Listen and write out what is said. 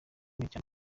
buryo